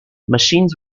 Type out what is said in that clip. machines